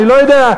אני לא יודע,